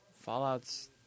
Fallout's